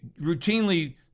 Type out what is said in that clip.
routinely